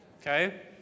Okay